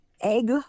egg